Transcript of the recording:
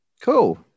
Cool